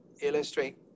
illustrate